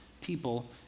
people